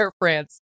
France